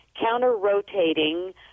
counter-rotating